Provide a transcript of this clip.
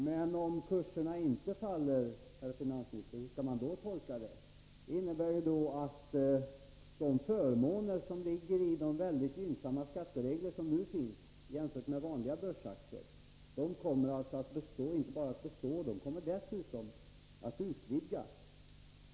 Men om kurserna inte faller, herr finansminister, hur skall man då tolka det? Det innebär ju att de förmåner som de nuvarande mycket gynnsamma skattereglerna ger jämfört med vanliga börsaktier alltså inte bara kommer att bestå, utan de kommer dessutom att utvidgas.